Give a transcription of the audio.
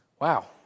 Wow